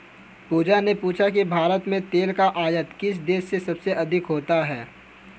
पूजा ने पूछा कि भारत में तेल का आयात किस देश से सबसे अधिक होता है?